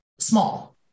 Small